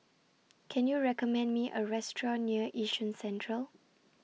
Can YOU recommend Me A Restaurant near Yishun Central